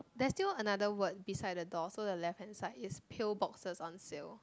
there's still another word beside the door so the left hand side is peel boxes on sale